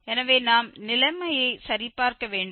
எனவே நாம் நிலைமையை சரிபார்க்க வேண்டும்